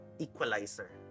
equalizer